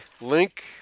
link